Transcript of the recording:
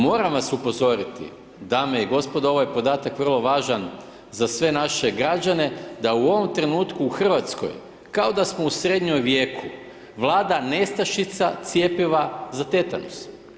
Moram vas upozoriti, dame i gospodo, ovaj je podatak vrlo važan za sve naše građane da u ovom trenutku u Hrvatskoj kao da smo u srednjem vijeku, vlada nestašica cjepiva za tetanus.